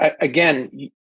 again